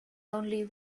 only